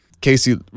Casey